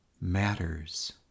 matters